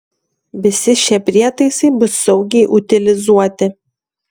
visi šie prietaisai bus saugiai utilizuoti